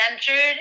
centered